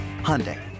Hyundai